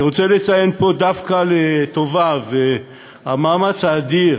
אני רוצה לציין פה דווקא לטובה את המאמץ האדיר